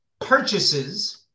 purchases